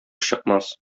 чыкмас